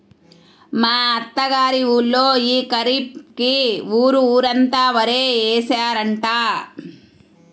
మా అత్త గారి ఊళ్ళో యీ ఖరీఫ్ కి ఊరు ఊరంతా వరే యేశారంట